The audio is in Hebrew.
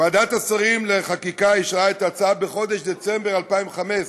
ועדת השרים לחקיקה אישרה את ההצעה בחודש דצמבר 2015,